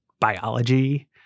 biology